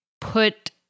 put